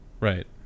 right